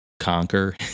Conquer